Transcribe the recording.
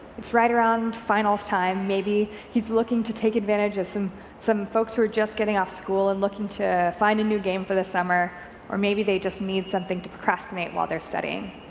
it's right around finals time, maybe he's looking to take advantage of some some folks who are just getting off school and looking to a new game for the summer or maybe they just need something to procrastinate while they're studying.